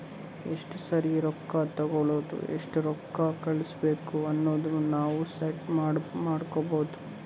ಎಸ್ಟ ಸರಿ ರೊಕ್ಕಾ ತೇಕೊಳದು ಎಸ್ಟ್ ರೊಕ್ಕಾ ಕಳುಸ್ಬೇಕ್ ಅನದು ನಾವ್ ಸೆಟ್ ಮಾಡ್ಕೊಬೋದು